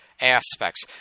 Aspects